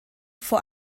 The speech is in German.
vor